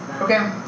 Okay